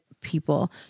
people